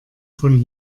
von